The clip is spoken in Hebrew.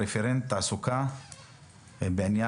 רפרנט תעסוקה באגף התקציבים במשרד האוצר,